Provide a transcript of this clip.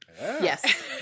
Yes